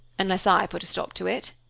unless i put a stop to it.